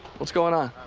what's going on?